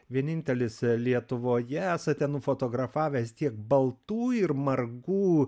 vienintelis lietuvoje esate nufotografavęs tiek baltų ir margų